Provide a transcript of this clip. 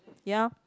ya